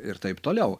ir taip toliau